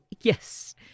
Yes